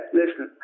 listen